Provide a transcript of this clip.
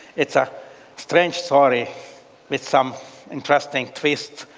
it's a strange story with some interesting twists,